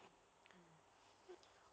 mm